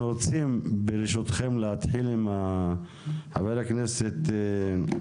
אנחנו רוצים, ברשותכם, להתחיל עם חה"כ מקלב.